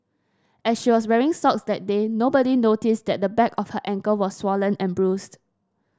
as she was wearing socks that day nobody noticed that the back of her ankle was swollen and bruised